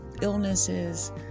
illnesses